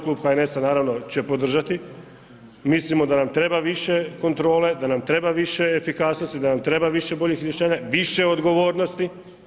Klub HNS-a naravno će podržati, mislimo da nam treba više kontrole, da nam treba više efikasnosti, da nam treba više boljih rješenja, više odgovornosti.